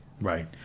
Right